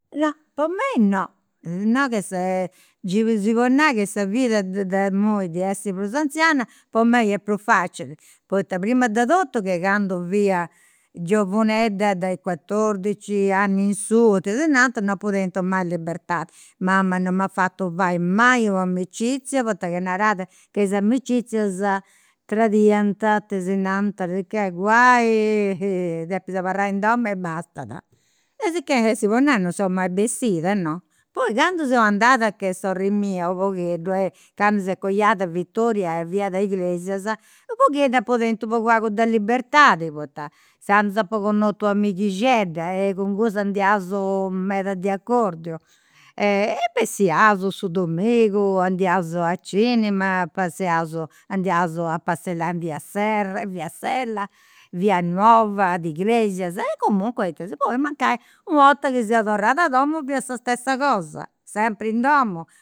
No, po mei no, non nau che se giai si podit nai che sa vida de imui ddi essi prus anziana, est prus facili, poita prima de totu che candu fia giovunedda, dai quattordici anni in sù, tesinanta, non apu tentu mai libertadi, mama non m'at fatu fai mai u' amicizia poita ca narat ca is amicizias tradiant, tesinanta, sicchè guai, depis abarrai in domu e bastada. E sicchè, at essi po nai, non seu mai bessida. Poi candu seu andada a che sorri mia u' pogheddu, candu s'est coiada Vittoria fiat a Iglesias e u' pogheddu apu tentu pagu pagu de libertadi, poita inzandus apu connotu u' amighixedda e cun cussa andiaus meda diaccordiu e su dominigu, andiaus a cinema, passiaus, andiaus a passillai in bia serra, in via sella, via nuova a Iglesias. E comunque tesinanta, poi mancai, u' 'orta chi seu torrat a domu fiat sa stessa cosa, sempri in domu